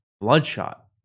Bloodshot